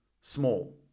small